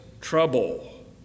trouble